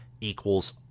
equals